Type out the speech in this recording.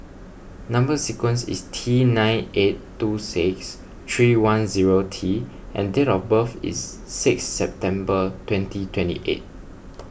Number Sequence is T nine eight two six three one zero T and date of birth is six September twenty twenty eight